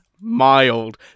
mild